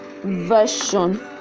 version